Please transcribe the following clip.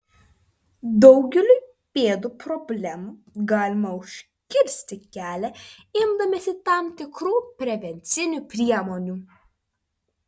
daugeliui pėdų problemų galime užkirsti kelią imdamiesi tam tikrų prevencinių priemonių